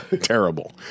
terrible